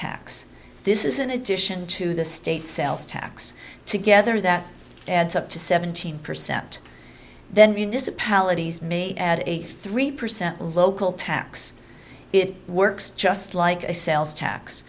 tax this is in addition to the state sales tax together that adds up to seventeen percent then municipalities may add a three percent local tax it works just like a sales tax